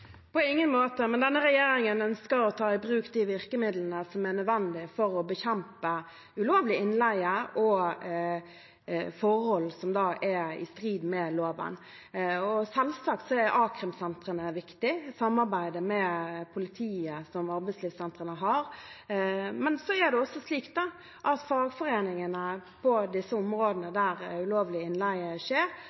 På ingen måte, men denne regjeringen ønsker å ta i bruk de virkemidlene som er nødvendige for å bekjempe ulovlig innleie og forhold som er i strid med loven. Selvsagt er a-krimsentrene viktige, og samarbeidet med politiet som arbeidslivssentrene har. Men det er også slik at fagforeningene på disse områdene, der ulovlig innleie skjer,